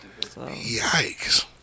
Yikes